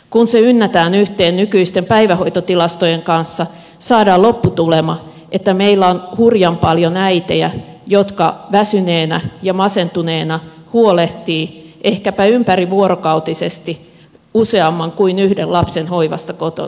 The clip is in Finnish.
kun se ynnätään yhteen nykyisten päivähoitotilastojen kanssa saadaan lopputulema että meillä on hurjan paljon äitejä jotka väsyneinä ja masentuneina huolehtivat ehkäpä ympärivuorokautisesti useamman kuin yhden lapsen hoivasta kotona